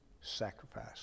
sacrifice